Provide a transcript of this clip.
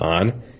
on